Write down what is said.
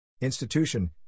Institution